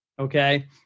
Okay